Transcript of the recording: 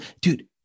Dude